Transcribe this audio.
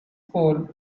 poll